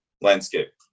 Landscape